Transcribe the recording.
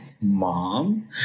mom